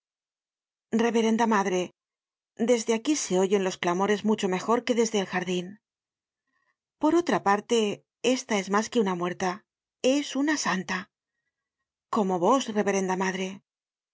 reverenda madre desde aquí se oyen los clamores mucho mejor que desde el jardin por otra parte ésta es mas que una'muerta es una santa como vos reverenda madre